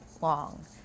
long